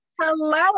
Hello